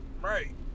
Right